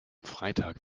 freitag